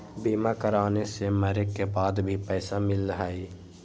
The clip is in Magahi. बीमा कराने से मरे के बाद भी पईसा मिलहई?